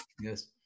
Yes